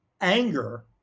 anger